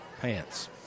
pants